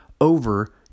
over